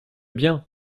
bien